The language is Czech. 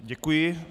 Děkuji.